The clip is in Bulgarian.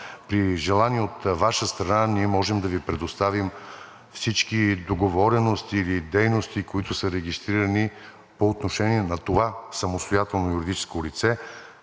При желание от Ваша страна ние можем да Ви предоставим всички договорености или дейности, които са регистрирани по отношение на това самостоятелно юридическо лице